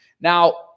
Now